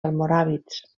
almoràvits